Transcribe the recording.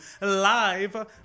live